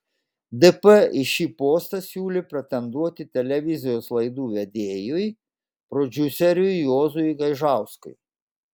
dp į šį postą siūlė pretenduoti televizijos laidų vedėjui prodiuseriui juozui gaižauskui